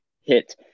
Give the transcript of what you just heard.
hit